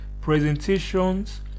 presentations